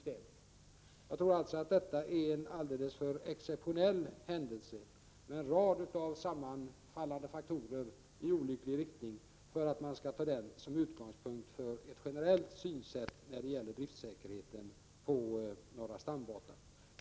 Detta är alltså en alltför exceptionell händelse, där en rad samverkande faktorer bidrog i olycklig riktning, för att man skall ta denna händelse till utgångspunkt för ett generellt synsätt när det gäller driftsäkerheten på norra stambanan.